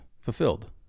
Fulfilled